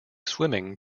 swimming